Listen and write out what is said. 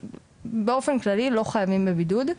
באופן כללי הם לא חייבים בבידוד,